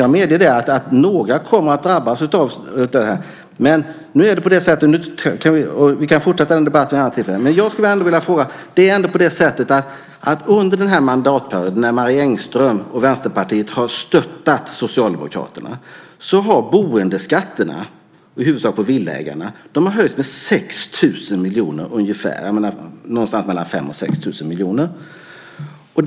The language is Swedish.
Jag medger att några kommer att drabbas av det här, men nu är det på det sättet. Vi kan fortsätta den debatten vid ett annat tillfälle. Under den här mandatperioden när Marie Engström och Vänsterpartiet stöttat Socialdemokraterna har boendeskatterna, i huvudsak för villaägarna, höjts med 5 000-6 000 miljoner kronor.